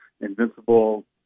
invincible